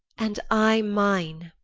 and i mine.